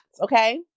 okay